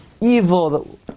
evil